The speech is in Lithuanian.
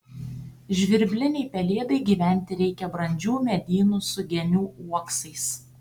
žvirblinei pelėdai gyventi reikia brandžių medynų su genių uoksais